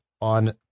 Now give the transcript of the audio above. on